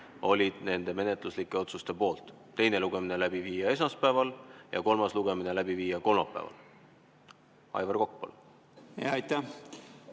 olid nende menetluslike otsuste poolt: teine lugemine läbi viia esmaspäeval ja kolmas lugemine läbi viia kolmapäeval. Aivar Kokk, palun!